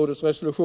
resolutioner 242 och 338.